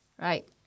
right